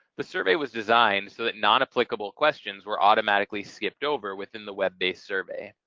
the survey was designed so that non-applicable questions were automatically skipped over within the web-based survey.